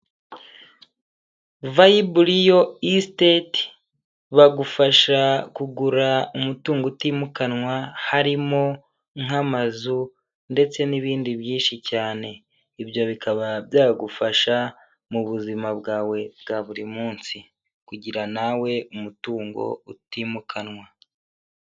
Vibe Real Esitete, bagufasha kugura umutungo utimukanwa harimo nk'amazu ndetse n'ibindi byinshi cyane, ibyo bikaba byagufasha mu buzima bwawe bwa buri munsi kugira nawe umutungo utimukanwa.